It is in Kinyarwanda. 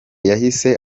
yahise